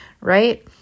right